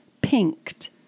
pinked